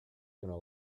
gonna